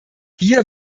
hier